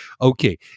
okay